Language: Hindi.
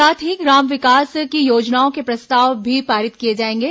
साथ ही ग्राम विकास की योजनाओं के प्रस्ताव भी पारित किए जाएंगे